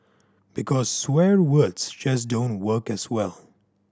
because swear words just don't work as well